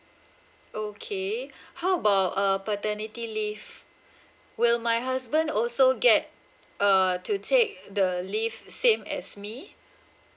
okay how about err paternity leave will my husband also get uh to take the leave same as me